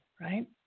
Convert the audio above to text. right